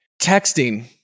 Texting